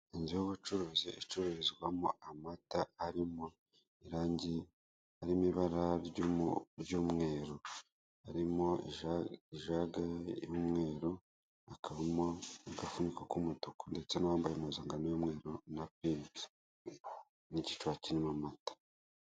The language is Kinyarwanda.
Inzu y'ubucuruzi icururuzwamo amata harimo ibara ry'umweru harimo ijage y'umweru hakabamo, agafuniko k'umutuku ndetse n'uwambaye impuzankano y'umweru, n'igicuba kirimo amata.